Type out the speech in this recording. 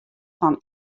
fan